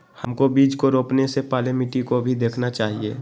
हमको बीज को रोपने से पहले मिट्टी को भी देखना चाहिए?